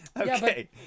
Okay